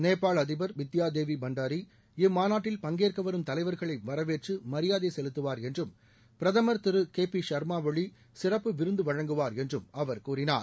நேபாள அதிபர் பித்யாதேவி பண்டாரி இம்மாநாட்டில் பங்கேற்க வரும் தலைவர்களை வரவேற்று மரியாதை செலுத்துவார் என்றும் பிரதமர் திரு கே பி ஷா்மா ஒளி சிறப்பு விருந்து வழங்குவார் என்றும் அவர் கூறினார்